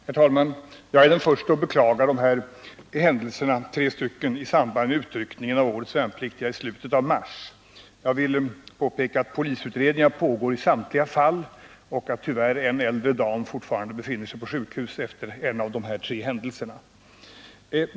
Herr talman! Jag är den förste att beklaga de tre händelserna i samband med utryckningen av årets värnpliktiga i slutet av mars. Jag vill påpeka att polisutredning pågår i samtliga fall. Tyvärr befinner sig en äldre dam fortfarande på sjukhus efter en av dessa tre händelser.